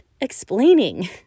explaining